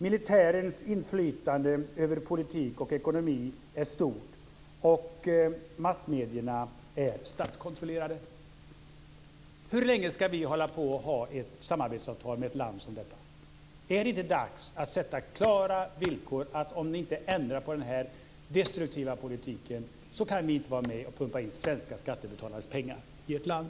Militärens inflytande över politik och ekonomi är stort och massmedierna är statskontrollerade. Hur länge ska vi ha ett samarbetsavtal med ett land som detta? Är det inte dags att sätta klara villkor? Om ni inte ändrar på den här destruktiva politiken kan vi inte vara med och pumpa in svenska skattebetalares pengar i ert land.